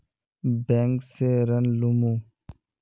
Bank से ऋण लुमू?